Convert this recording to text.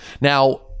now